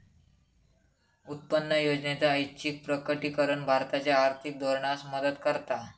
उत्पन्न योजनेचा ऐच्छिक प्रकटीकरण भारताच्या आर्थिक धोरणास मदत करता